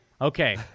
okay